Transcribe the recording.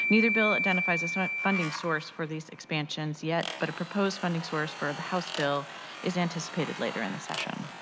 neither bill identifies a sort of funding source for these expansions yet, but a proposed funding source for the hospital is anticipated later in the session.